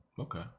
Okay